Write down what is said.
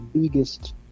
biggest